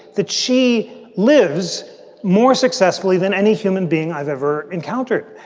that she lives more successfully than any human being i've ever encountered.